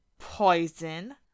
Poison